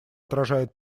отражает